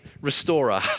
restorer